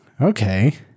okay